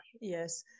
Yes